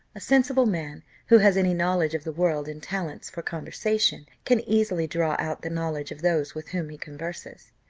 a sensible man, who has any knowledge of the world and talents for conversation, can easily draw out the knowledge of those with whom he converses.